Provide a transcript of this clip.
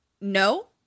no